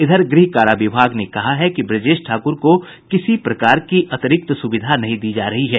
इधर गृह कारा विभाग ने कहा है कि ब्रजेश ठाकुर को किसी प्रकार की अतिरिक्त सुविधा नहीं दी जा रही है